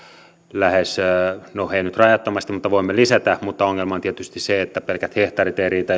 lähes no ei nyt rajattomasti mutta voimme lisätä mutta ongelma on tietysti se että pelkät hehtaarit eivät riitä